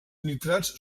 nitrats